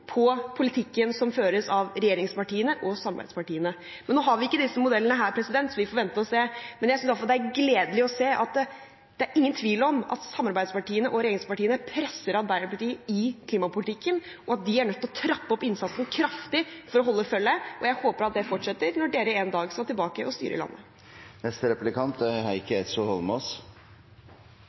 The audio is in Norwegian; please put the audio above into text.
med politikken som føres av regjeringspartiene og samarbeidspartiene. Nå har vi ikke disse modellene her, så vi får vente og se. Men jeg synes det er gledelig å se at det ikke er tvil om at samarbeidspartiene og regjeringspartiene presser Arbeiderpartiet i klimapolitikken, og at de er nødt til å trappe opp innsatsen kraftig for å holde følge. Jeg håper at det fortsetter når de en dag skal tilbake og styre landet. Jeg synes det er